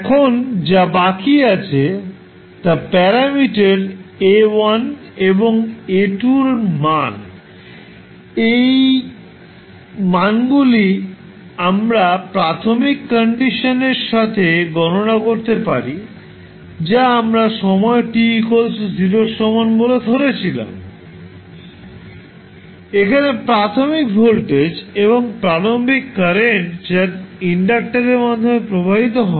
এখন যা বাকি আছে তা প্যারামিটার A1এবং A2 এর মান তাই এই মানগুলি আমরা প্রাথমিক কন্ডিশনের সাহায্যে গণনা করতে পারি যা আমরা সময় t0 এর সমান বলে ধরেছিলাম এখানে প্রাথমিক ভোল্টেজ এবং প্রারম্ভিক কারেন্ট যা ইনডাক্টরের মাধ্যমে প্রবাহিত হয়